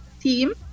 team